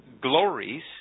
glories